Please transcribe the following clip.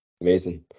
amazing